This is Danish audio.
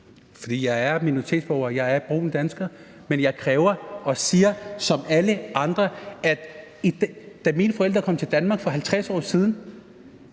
Fordi jeg er en minoritetsborger, jeg er brun dansker. Men jeg kræver og siger som alle andre. Da mine forældre kom til Danmark for 50 år siden,